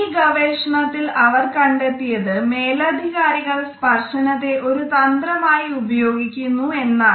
ഈ ഗവേഷണത്തിൽ അവർ കണ്ടെത്തിയത് മേലധികരികൾ സ്പർശനത്തെ ഒരു തന്ത്രമായി ഉപയോഗിക്കുന്നു എന്നാണ്